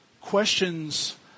Questions